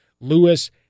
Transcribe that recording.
Lewis